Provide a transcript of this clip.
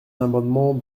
amendement